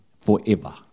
forever